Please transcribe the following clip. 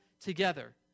together